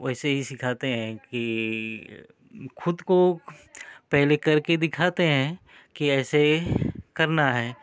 वैसे ही सिखाते हैं कि ख़ुद को पहले करके दिखाते हैं कि ऐसे करना है